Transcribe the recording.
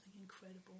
incredible